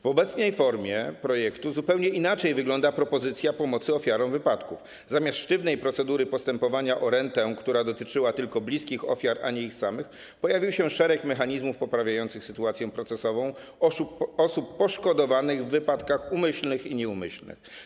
W obecnej formie projektu zupełnie inaczej wygląda propozycja pomocy ofiarom wypadków: zamiast sztywnej procedury postępowania o rentę, która dotyczyła tylko bliskich ofiar, a nie ich samych, pojawił się szereg mechanizmów poprawiających sytuację procesową osób poszkodowanych w wypadkach umyślnych i nieumyślnych.